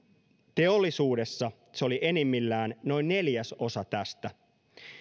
teollisuudessa se oli enimmillään noin neljäsosa tästä